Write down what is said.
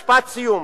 אני רוצה משפט סיום.